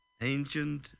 ancient